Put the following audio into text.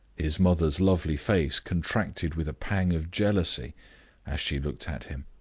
his mother's lovely face contracted with a pang of jealousy as she looked at him.